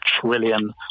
trillion